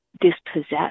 dispossessed